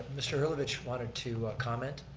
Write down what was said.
mr. earlevich wanted to comment.